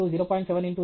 7 x 0